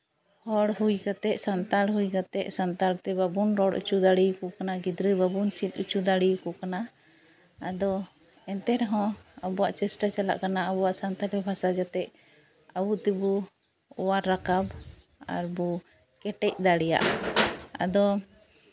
ᱦᱚᱲ ᱦᱩᱭ ᱠᱟᱛᱮᱫ ᱥᱟᱱᱛᱟᱲ ᱦᱩᱭ ᱠᱟᱛᱮᱫ ᱥᱟᱱᱛᱟᱲ ᱛᱮ ᱵᱟᱵᱚᱱ ᱨᱚᱲ ᱦᱚᱪᱚ ᱫᱟᱲᱮᱭᱟᱠᱚ ᱠᱟᱱᱟ ᱜᱤᱫᱽᱨᱟᱹ ᱵᱟᱵᱚᱱ ᱪᱮᱫ ᱦᱚᱪᱚ ᱫᱟᱲᱮᱭᱟᱠᱚ ᱠᱟᱱᱟ ᱟᱫᱚ ᱮᱱᱛᱮ ᱨᱮᱦᱚᱸ ᱟᱵᱚᱣᱟᱜ ᱪᱮᱥᱴᱟ ᱪᱟᱞᱟᱜ ᱠᱟᱱᱟ ᱟᱵᱚᱣᱟᱜ ᱥᱟᱱᱛᱟᱞᱤ ᱵᱷᱟᱥᱟ ᱡᱟᱛᱮ ᱟᱵᱚ ᱛᱮᱵᱚ ᱚᱣᱟᱨ ᱨᱟᱠᱟᱵ ᱟᱨᱵᱚᱱ ᱠᱮᱴᱮᱡ ᱫᱟᱲᱮᱭᱟᱜ ᱟᱫᱚ